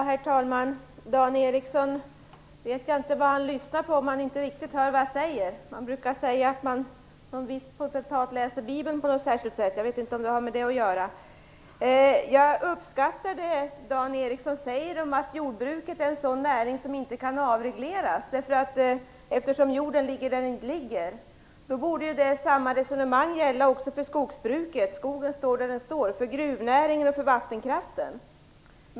Herr talman! Jag vet inte vad Dan Ericsson lyssnar på om han inte hör vad jag säger. Man brukar tala om att en viss potentat läser Bibeln på ett särskilt sätt. Jag vet inte om det har med någonting sådant att göra. Jag uppskattar det Dan Ericsson säger om att jordbruket är en näring som inte kan avregleras, eftersom jorden ligger där den ligger. Samma resonemang borde gälla också för skogsbruket. Skogen står där den står. Det borde också gälla för gruvnäringen och vattenkraften.